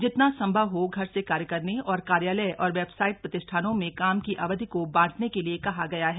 जितना संभव हो घर से कार्य करने और कार्यालय और वेबसाइट प्रतिष्ठानों में काम की अवधि को बांटने के लिए कहा गया है